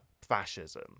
fascism